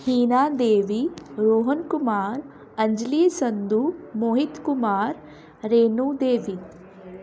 Heena Devi Rohan Kumar Anjali Sandhu Mohit Kumar Renu Devi